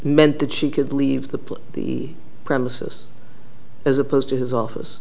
meant that she could leave the plea the premises as opposed to his office